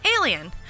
Alien